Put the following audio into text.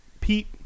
Pete